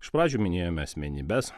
iš pradžių minėjome asmenybes